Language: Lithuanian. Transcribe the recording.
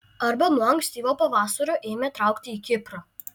arba nuo ankstyvo pavasario ėmė traukti į kiprą